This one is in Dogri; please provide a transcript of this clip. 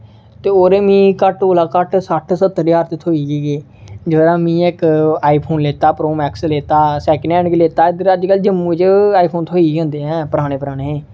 ते ओह्दे मिगी घट्ट कोला घट्ट सट्ठ सत्तर ज्हार ते थ्होई गै गे जेह्दा मिगी इक आई फोन लैता प्रो मैक्स लैता सेकंड हैंड गे लैता इद्धर अज्जकल जम्मू च आई फोन थ्होई गै जंदे ऐ पराने पराने